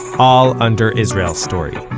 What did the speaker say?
all under israel story.